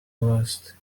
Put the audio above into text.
last